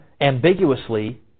ambiguously